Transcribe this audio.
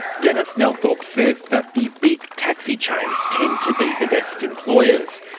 denis nelthorpe says that the big taxi chains tend to be the best employers.